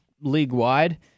league-wide